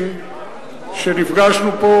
לא,